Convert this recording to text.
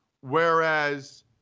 Whereas